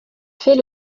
fait